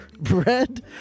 bread